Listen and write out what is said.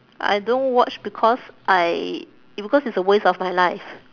I don't watch because I because it's a waste of my life